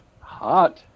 Hot